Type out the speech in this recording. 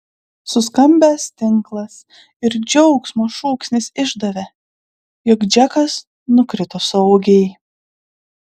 suskambęs tinklas ir džiaugsmo šūksnis išdavė jog džekas nukrito saugiai